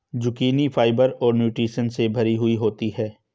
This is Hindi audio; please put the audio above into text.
जुकिनी फाइबर और न्यूट्रिशंस से भरी हुई होती है